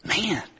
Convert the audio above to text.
Man